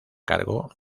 cargo